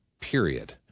period